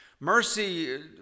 Mercy